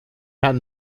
had